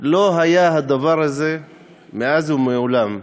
לא היה הדבר הזה מאז ומעולם,